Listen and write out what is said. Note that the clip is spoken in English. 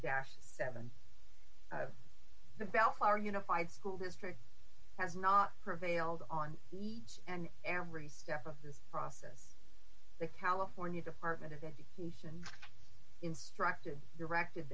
dash seven the bellflower unified school district has not prevailed on each and every step of this process the california department of education instructed directed